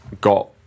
got